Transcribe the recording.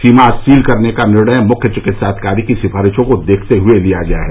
सीमा सील करने का निर्णय मृख्य चिकित्सा अधिकारी की सिफारिशों को देखते हए लिया गया है